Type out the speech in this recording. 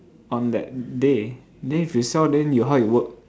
on that day then if you sell then you how you work